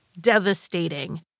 devastating